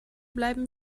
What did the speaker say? bleiben